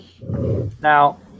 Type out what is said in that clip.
now